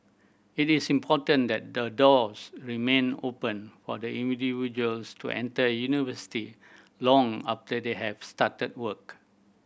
it is important that the doors remain open for individuals to enter university long after they have started work